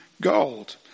gold